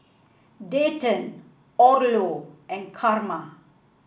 Dayton Orlo and Carma